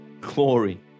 glory